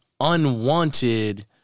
unwanted